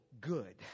good